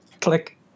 Click